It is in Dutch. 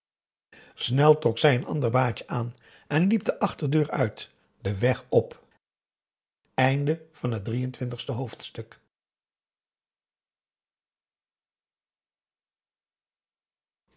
trok zij een ander baadje aan en liep de achterdeur uit den weg op p